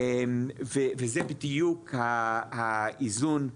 וזה בדיוק האיזון,